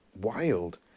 wild